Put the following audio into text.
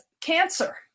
cancer